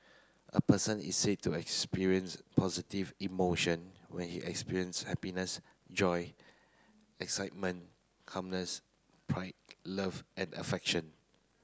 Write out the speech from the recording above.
a person is said to experience positive emotion when he experience happiness joy excitement calmness pride love and affection